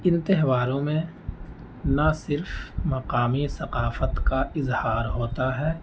ان تہواروں میں نہ صرف مقامی ثقافت کا اظہار ہوتا ہے